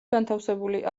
განთავსებული